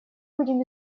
будем